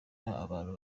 abantu